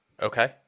Okay